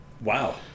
Wow